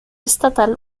estatal